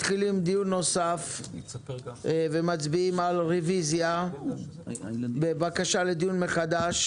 אנחנו מתחילים דיון נוסף ומצביעים על רביזיה בבקשה לדיון מחדש